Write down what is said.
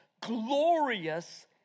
glorious